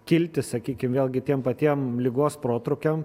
kilti sakykim vėlgi tiem patiem ligos protrūkiam